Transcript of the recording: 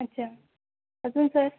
अच्छा अजून सर